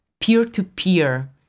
peer-to-peer